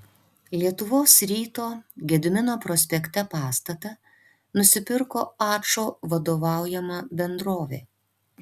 lietuvos ryto gedimino prospekte pastatą nusipirko ačo vadovaujama bendrovė